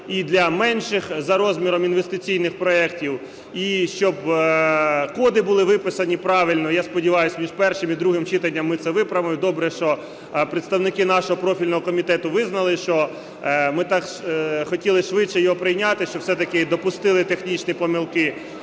і для менших за розміром інвестиційних проектів і щоб коди були виписані правильно. Я сподіваюсь, між першим і другим читанням ми це виправимо. Добре, що представники нашого профільного комітету визнали, що ми так хотіли швидше його прийняти, що все-таки і допустили технічні помилки.